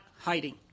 hiding